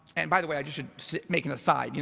and by the way, i just should make an aside,